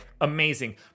amazing